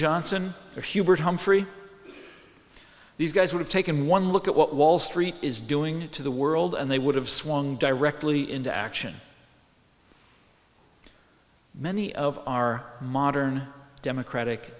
johnson or hubert humphrey these guys would have taken one look at what wall street is doing to the world and they would have swung directly into action many of our modern democratic